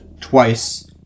twice